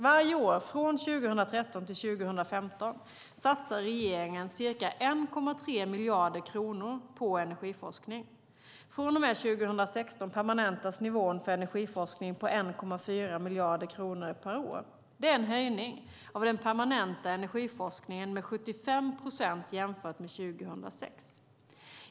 Varje år från 2013 till 2015 satsar regeringen ca 1,3 miljarder kronor på energiforskning. Från och med 2016 permanentas nivån för energiforskning på 1,4 miljarder kronor per år. Det är en höjning av den permanenta energiforskningen med 75 procent jämfört med 2006.